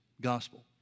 gospel